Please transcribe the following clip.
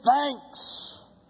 thanks